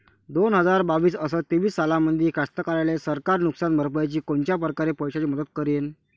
दोन हजार बावीस अस तेवीस सालामंदी कास्तकाराइले सरकार नुकसान भरपाईची कोनच्या परकारे पैशाची मदत करेन?